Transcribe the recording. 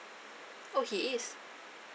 oh he is